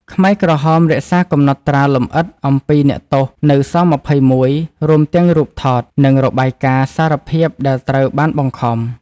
ខ្មែរក្រហមរក្សាកំណត់ត្រាលម្អិតអំពីអ្នកទោសនៅ ស-២១ រួមទាំងរូបថត និងរបាយការណ៍សារភាពដែលត្រូវបានបង្ខំ។